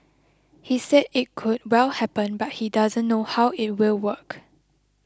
he said it could well happen but he doesn't know how it will work